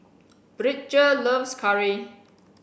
Bridger loves curry